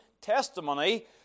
testimony